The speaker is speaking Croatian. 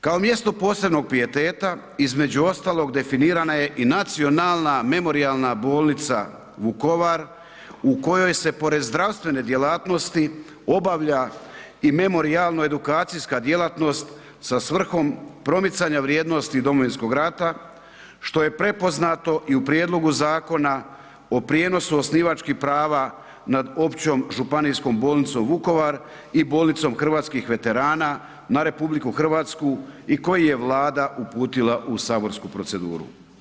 Kao mjesto posebnog pijeteta između ostalog definirana je i Nacionalna memorijalna bolnica Vukovar u kojoj se pored zdravstvene djelatnosti obavlja i memorijalno edukacijska djelatnost s svrhom promicanja vrijednosti Domovinskog rata, što je prepoznato i u prijedlogu Zakona o prijenosu osnivačkih prava nad Općom županijskom bolnicom Vukovar i bolnicom Hrvatskih veterana na RH i koji je Vlada uputila u saborsku proceduru.